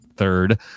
third